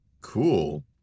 Cool